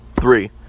three